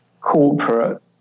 corporate